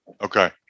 Okay